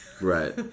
right